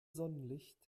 sonnenlicht